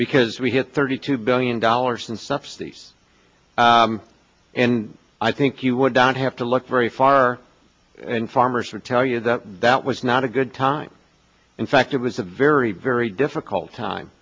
because we hit thirty two billion dollars in subsidies and i think you would don't have to look very far and farmers would tell you that that was not a good time in fact it was a very very difficult time